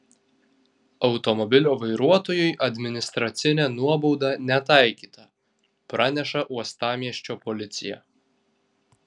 automobilio vairuotojui administracinė nuobauda netaikyta praneša uostamiesčio policija